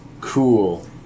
Cool